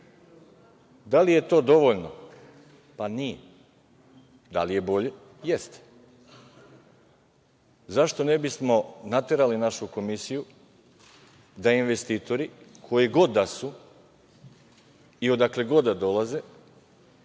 Da li je to dovoljno? Pa nije. Da li je bolje? Jeste.Zašto ne bismo naterali našu Komisiju da investitori, koji god da su i odakle god da dolaze,